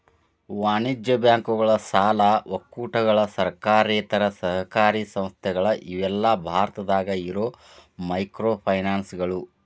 ವಾಣಿಜ್ಯ ಬ್ಯಾಂಕುಗಳ ಸಾಲ ಒಕ್ಕೂಟಗಳ ಸರ್ಕಾರೇತರ ಸಹಕಾರಿ ಸಂಸ್ಥೆಗಳ ಇವೆಲ್ಲಾ ಭಾರತದಾಗ ಇರೋ ಮೈಕ್ರೋಫೈನಾನ್ಸ್ಗಳು